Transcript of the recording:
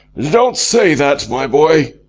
don't say that, my boy.